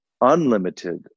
unlimited